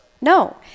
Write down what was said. No